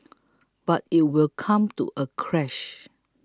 but it will come to a crash